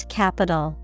capital